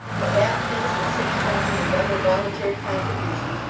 the halfpence, and sixpences, and other voluntary contributions,